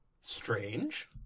strange